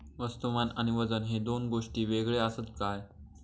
वस्तुमान आणि वजन हे दोन गोष्टी वेगळे आसत काय?